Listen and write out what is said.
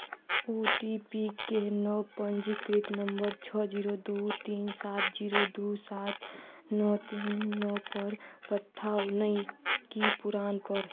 ओ T P के नव पञ्जीकृत नम्बर छओ जीरो दू तीन सात जीरो दू सात नओ तीन नओपर पठाउ नहि कि पुरानपर